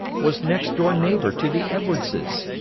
was next-door neighbor to the edwardses.